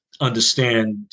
understand